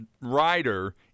rider